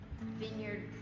Vineyard